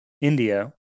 India